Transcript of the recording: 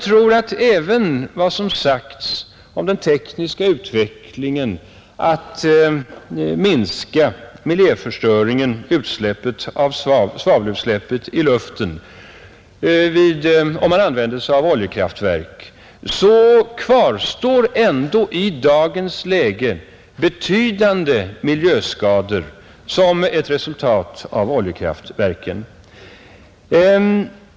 Trots vad som sagts om att den tekniska utvecklingen ger större möjligheter att minska miljöförstöringen genom svavelutsläppet i luften från oljekraftverk kvarstår ändå i dagens läge att oljekraftverken medför betydande miljöskador.